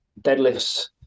deadlifts